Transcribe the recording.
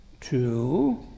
two